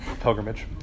Pilgrimage